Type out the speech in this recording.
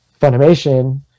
Funimation